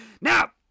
Now